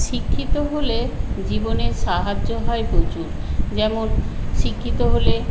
শিক্ষিত হলে জীবনে সাহায্য হয় প্রচুর যেমন শিক্ষিত হলে